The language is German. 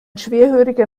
schwerhöriger